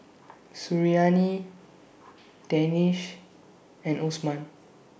Suriani Danish and Osman